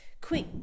Quick